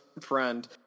friend